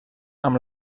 amb